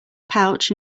pouch